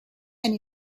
and